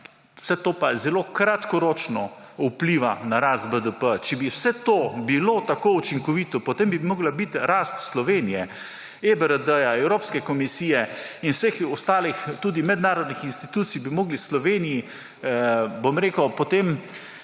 vse to pa je zelo kratkoročno vpliva na rast BDP. Če bi vse to bilo tako učinkovito, potem bi morala biti rast Slovenije EBRD, Evropske komisije in vseh ostalih, tudi mednarodnih institucij bi morali Sloveniji, bom rekel, potem